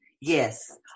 Yes